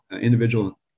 individual